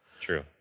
True